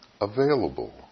available